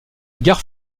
gare